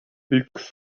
üks